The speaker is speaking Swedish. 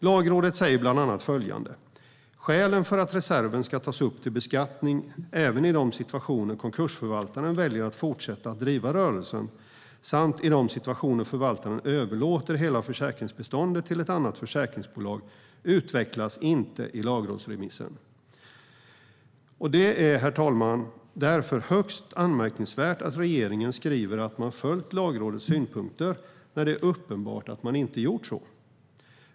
Lagrådet säger bland annat att "skälen för att reserven ska tas upp till beskattning även i de situationer konkursförvaltaren väljer att fortsätta att driva rörelsen samt i de situationer förvaltaren överlåter hela försäkringsbeståndet till ett annat försäkringsbolag inte utvecklas i lagrådsremissen". Det är, herr talman, därför högst anmärkningsvärt att regeringen skriver att man följt Lagrådets synpunkter när det är uppenbart att man inte gjort så.